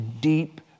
deep